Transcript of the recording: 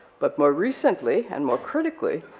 but more recently and more critically,